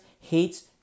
hates